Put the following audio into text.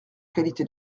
qualité